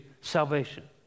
salvation